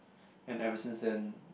and ever since then